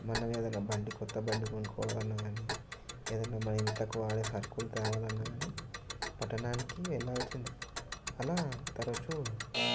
మనము ఏదైనా బండి కొత్త బండి కొనుకోవాలి అన్నా కానీ ఏదైనా మన ఇంట్లోకి వాడే సరుకులు తేవాలి అన్నా కానీ పట్టణానికి వెళ్ళాల్సిందే అలా తరచూ